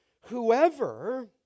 Whoever